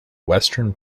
western